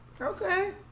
Okay